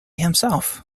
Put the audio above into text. himself